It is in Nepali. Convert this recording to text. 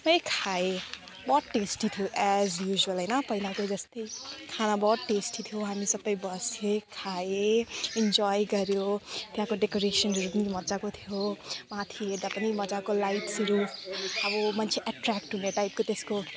सबै खाएँ बहुत टेस्टी थियो एज युज्वल होइन पहिलाको जस्तै खाना बहुत टेस्टी थियो हामी सबै बसेँ खाएँ इन्जोय गर्यो त्यहाँको डेकोरेसनहरू पनि मज्जाको थियो माथि हेर्दा पनि मज्जाको लाइट्सहरू अब मान्छे एट्रेक्ट हुने टाइपको त्यसको